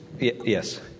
Yes